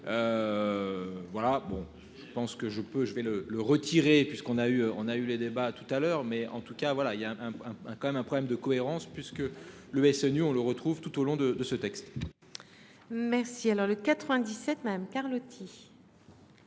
Voilà bon je pense que je peux je vais le le retirer puisqu'on a eu on a eu les débats tout à l'heure, mais en tout cas voilà il y a un un quand même un problème de cohérence puisque le SNU, on le retrouve tout au long de de ce texte. Merci. Alors le 97. Madame Carlotti.